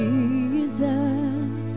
Jesus